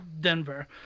Denver